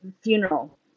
funeral